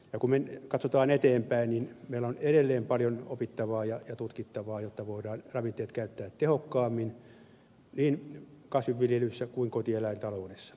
kun katsotaan eteenpäin niin meillä on edelleen paljon opittavaa ja tutkittavaa jotta voidaan ravinteet käyttää tehokkaammin niin kasvinviljelyssä kuin kotieläintaloudessa